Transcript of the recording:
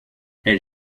elle